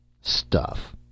Stuff